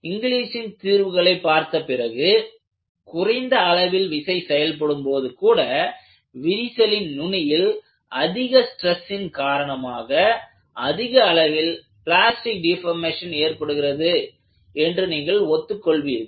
இங்லீசின் தீர்வுகளை பார்த்தபிறகு குறைந்த அளவில் விசை செயல்படும் போது கூட விரிசலின் நுனியில் அதிக ஸ்ட்ரெஸ் இன் காரணமாக அதிக அளவில் பிளாஸ்டிக் டீபர்மேஷன் ஏற்படுகிறது என்று நீங்கள் ஒத்துக் கொள்வீர்கள்